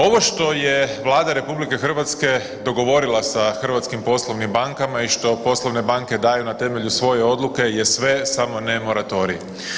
Ovo što je Vlada RH dogovorila sa hrvatskim poslovnim bankama i što poslovne banke daju na temelju svoje odluke je sve samo ne moratorij.